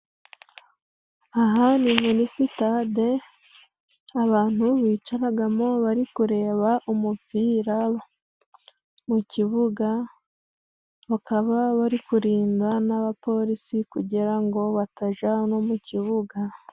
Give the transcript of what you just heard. Aha ni muri sitade abantu bicaragamo bari kureba umupira mu kibuga .Bakaba bari kurinda n'abapolisi kugira ngo bataja no mu kibuga.